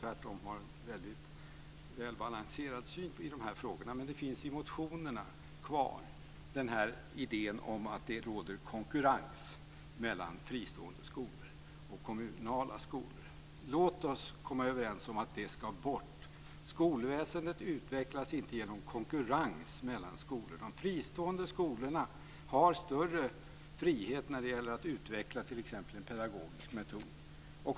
Tvärtom har han nu en välbalanserad syn i de här frågorna men i motionerna finns idén kvar om att det råder konkurrens mellan fristående och kommunala skolor. Låt oss komma överens om att det ska bort! Skolväsendet utvecklas inte genom konkurrens mellan skolorna. De fristående skolorna har större frihet när det gäller att utveckla t.ex. en pedagogisk metod.